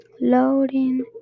loading